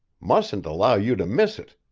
mustn't allow you to miss it!